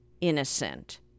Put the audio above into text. innocent